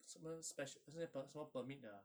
什么 special 好像是什么 permit 的啊